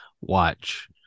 watch